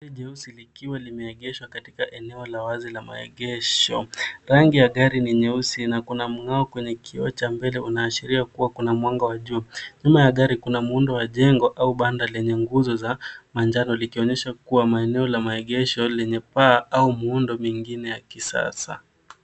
Gari jeusi likiwa limeegeshwa kati eneo la wazi la maegesho rangi ya gari ni nyeusi na kuna mngao kwenye kioo cha mbele unaashiria kuwa kuna mwanga wa juu nyuma ya gari kuna muundo wa jengo au banda lenye nguzo za manjano likionyesha kuwa maeneo la maegesho lenye paa au muundo mingine ya kisasa.